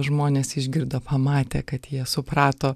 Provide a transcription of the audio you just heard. žmonės išgirdo pamatė kad jie suprato